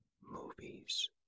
movies